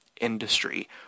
industry